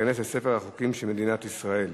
וייכנס לספר החוקים של מדינת ישראל.